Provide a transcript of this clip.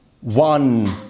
one